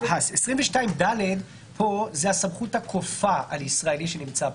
22ד פה זה הסמכות הכופה על ישראלי שנמצא פה.